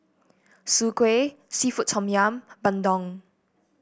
Soon Kway seafood Tom Yum bandung